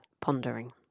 pondering